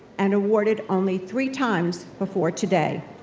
and awarded only three times before today.